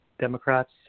Democrats